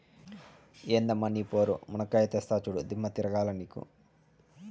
ఎందమ్మ నీ పోరు, మునక్కాయా తెస్తా చూడు, దిమ్మ తిరగాల నీకు